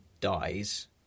dies